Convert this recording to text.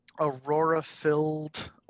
aurora-filled